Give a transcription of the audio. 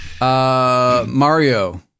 Mario